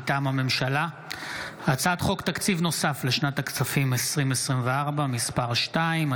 מטעם הממשלה: הצעת חוק תקציב נוסף לשנת הכספים 2024 (מס' 2),